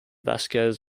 vasquez